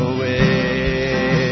Away